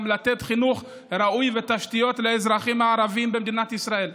לתת חינוך ראוי ותשתיות לאזרחים הערבים במדינת ישראל.